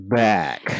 back